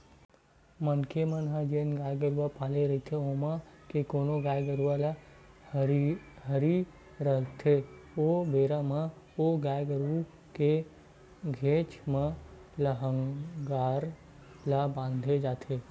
मनखे मन ह जेन गाय गरुवा पाले रहिथे ओमा के कोनो गाय गरुवा ह हरही रहिथे ओ बेरा म ओ गाय गरु के घेंच म लांहगर ला बांधे जाथे